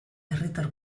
herritar